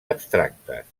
abstractes